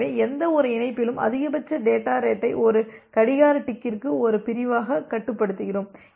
எனவே எந்தவொரு இணைப்பிலும் அதிகபட்ச டேட்டா ரேட்டை ஒரு கடிகார டிக்கிற்கு ஒரு பிரிவாகக் கட்டுப்படுத்துகிறோம்